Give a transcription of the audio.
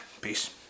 Peace